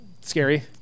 scary